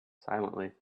silently